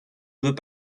veut